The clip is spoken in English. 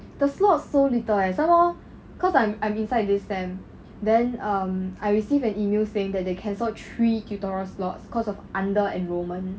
the slots so little leh some more cause I'm I'm inside this sem then erm I received an email saying that they cancelled three tutorial slot cause of under enrolment